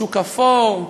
שוק אפור,